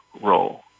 role